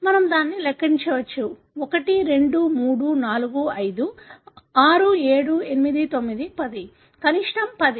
మనము దానిని లెక్కించవచ్చు 1 2 3 4 5 6 7 8 9 10 కనిష్టం పది